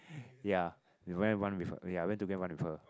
ya we went to run with her ya went to go and run with her